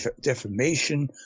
defamation